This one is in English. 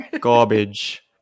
Garbage